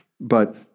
But-